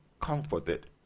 comforted